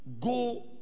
go